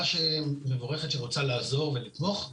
מבורכת בזה שהיא רוצה לעזור ולתמוך.